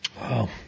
Wow